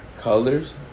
colors